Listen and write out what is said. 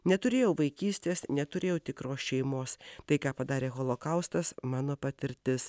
neturėjau vaikystės neturėjau tikros šeimos tai ką padarė holokaustas mano patirtis